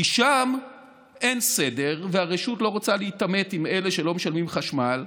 כי שם אין סדר והרשות לא רוצה להתעמת עם אלה שלא משלמים חשמל.